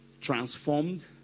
transformed